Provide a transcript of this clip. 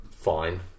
fine